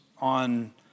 on